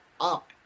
up